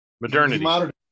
modernity